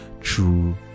true